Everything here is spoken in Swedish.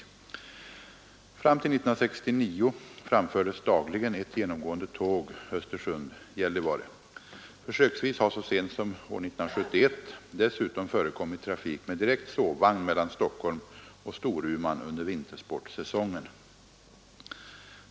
Fram till år 1969 framfördes dagligen ett genomgående tåg Östersund—Gällivare. Försöksvis har så sent som år 1971 dessutom förekommit trafik med direkt sovvagn mellan Stockholm och Storuman under vintersportsäsongen.